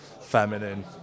feminine